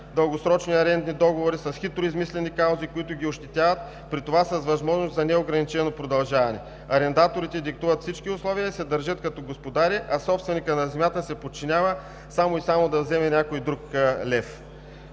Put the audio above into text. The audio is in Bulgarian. дългосрочни арендни договори с хитро измислени клаузи, които ги ощетяват, при това с възможност за неограничено продължаване. Арендаторите диктуват всички условия и се държат като господари, а собственикът на земята се подчинява само и само да вземе някой и друг лев.